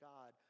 God